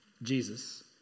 Jesus